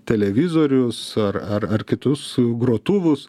televizorius ar ar ar kitus grotuvus